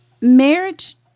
marriage